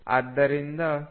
ಆದ್ದರಿಂದ O0